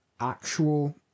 actual